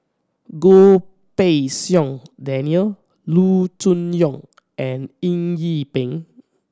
Goh Pei Siong Daniel Loo Choon Yong and Eng Yee Peng